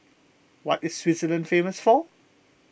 what is Switzerland famous for